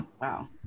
Wow